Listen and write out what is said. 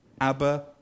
Abba